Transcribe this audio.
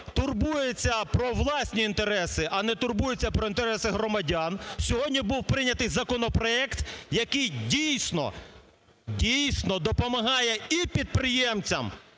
турбується про власні інтереси, а не турбується про інтереси громадян, сьогодні був прийнятий законопроект, який, дійсно, допомагає і підприємцям,